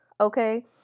Okay